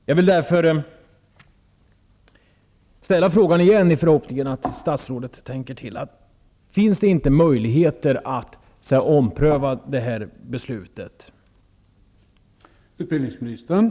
I förhoppning om att statsrådet tänker till här ställer jag återigen frågan: Finns det inte möjligheter att ompröva det aktuella beslutet?